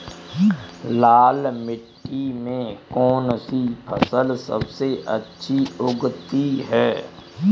लाल मिट्टी में कौन सी फसल सबसे अच्छी उगती है?